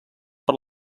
per